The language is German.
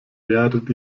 werdet